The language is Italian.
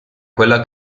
quella